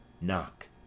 Knock